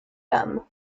dames